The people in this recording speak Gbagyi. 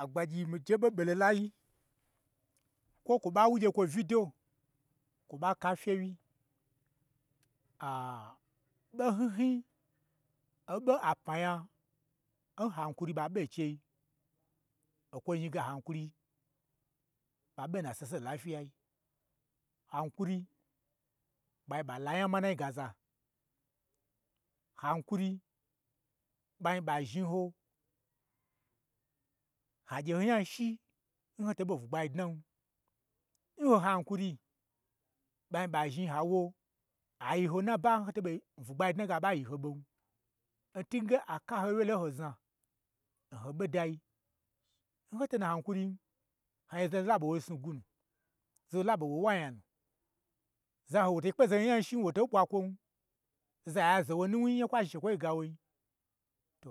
Agbagyi mii je ɓo ɓolo lai, kwo kwo ɓa wu ngye lawo uyi do kwo ɓa ka fyewyi, aa, ɓo hnyin hnyin, oɓo apma nya, n hankwri ɓa ɓe n chei, okwo nu zhni ge hankuri, ɓa ɓe n na sesen la fyiyai, han kura ɓai ɓa la nya manai gaza, hankwri ɓai ɓa zhni ho ha gye ho nya ho shi n ho to ɓon bwu gba dnan, n ho hankuri, ɓai ɓa zhni a wo ai yi ho n naban ho to ɓa bwu gba dnage aɓayi ho ɓon. N tunge a kaho wyelon ho zna, n ho ɓodai, n hoto n na hankurii, ha gye zaho la ɓa woi snu gwu nu, zaho laɓa wo wu anya nu, zaho wo to kpe zaho gyo n nyai shi, woto ɓwa lawon, za ze wo nuw nwi, onya kwa zhni shekwo gawo nyi, to